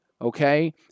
Okay